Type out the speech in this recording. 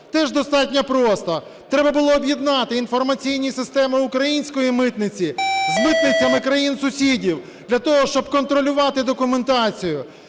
Теж достатньо просто - треба було об'єднати інформаційні системи української митниці з митницями країн сусідів для того, щоб контролювати документацію.